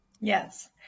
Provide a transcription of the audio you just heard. Yes